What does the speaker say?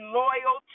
loyal